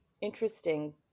interesting